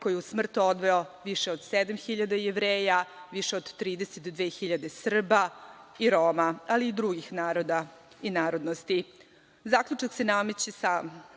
koji je u smrt odveo više od 7.000 Jevreja, više od 32.000 Srba i Roma, ali i drugih naroda i narodnosti. Zaključak